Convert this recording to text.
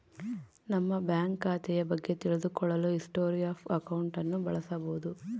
ನಮ್ಮ ಬ್ಯಾಂಕ್ ಖಾತೆಯ ಬಗ್ಗೆ ತಿಳಿದು ಕೊಳ್ಳಲು ಹಿಸ್ಟೊರಿ ಆಫ್ ಅಕೌಂಟ್ ಅನ್ನು ಬಳಸಬೋದು